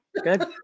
Good